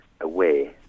away